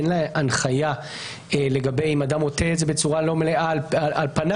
הן להנחיה לגבי אם אדם עוטה מסכה בצורה לא מלאה על פניו,